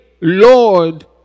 Lord